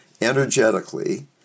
energetically